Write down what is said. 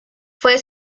fue